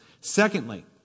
Secondly